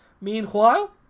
Meanwhile